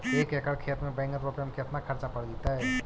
एक एकड़ खेत में बैंगन रोपे में केतना ख़र्चा पड़ जितै?